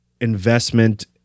investment